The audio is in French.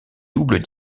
doubles